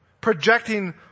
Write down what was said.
projecting